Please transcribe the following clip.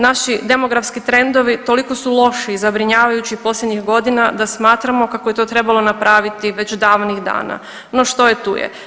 Naši demografski trendovi toliko su loši i zabrinjavajući posljednjih godina da smatramo kako je to trebalo napraviti već davnih dana, no što je tu je.